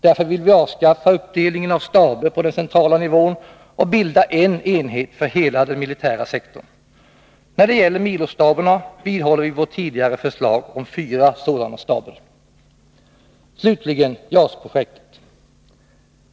Därför vill vi avskaffa uppdelningen av staber på central nivå och bilda en enhet för hela den militära sektorn. När det gäller milostaberna vidhåller vi vårt tidigare förslag om fyra staber. Slutligen JAS-projektet.